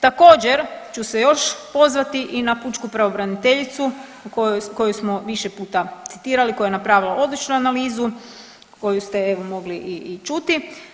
Također ću se još pozvati i na pučku pravobraniteljicu koju smo više puta citirali, koja je napravila odličnu analizu koju ste evo mogli i čuti.